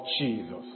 Jesus